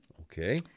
Okay